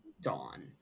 Dawn